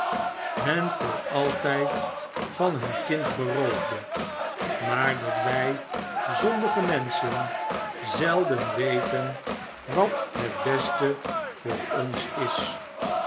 hen voor altijd van hun kind beroofde maar dat wij zondige menschen zelden weten wat het beste voor ons is